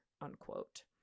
unquote